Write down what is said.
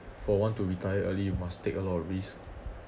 for one to retire early you must take a lot of risk